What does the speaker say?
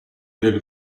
del